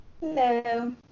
Hello